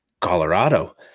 Colorado